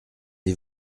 des